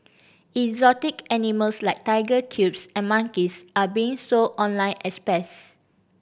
exotic animals like tiger cubs and monkeys are being sold online as pets